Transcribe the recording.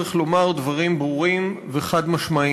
צריך לומר דברים ברורים וחד-משמעיים: